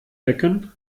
decken